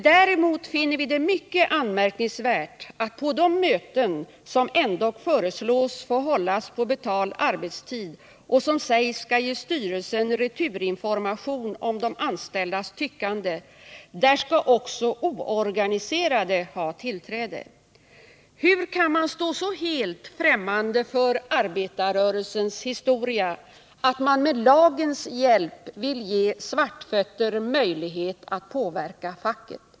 Däremot finner vi det mycket anmärkningsvärt att på de möten som ändock föreslås få hållas på betald arbetstid och som sägs skola ge styrelsen returinformation om de anställdas tyckande skall också oorganiserade ha tillträde. Hur kan man stå så helt ffrämmande för arbetarrörelsens historia, att man med lagens hjälp vill ge ”svartfötter” möjlighet att påverka facket?